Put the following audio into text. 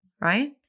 right